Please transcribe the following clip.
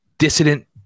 dissident